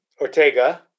Ortega